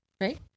right